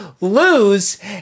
lose